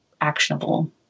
actionable